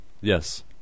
Yes